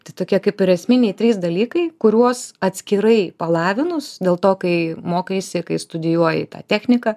tai tokie kaip ir esminiai trys dalykai kuriuos atskirai palavinus dėl to kai mokaisi kai studijuoji tą techniką